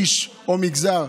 איש או מגזר.